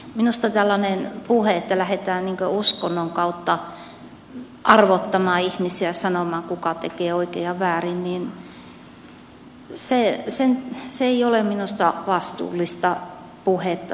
minusta tällainen puhe että lähdetään uskonnon kautta arvottamaan ihmisiä sanomaan kuka tekee oikein ja kuka väärin ei ole vastuullista puhetta